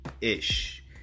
ish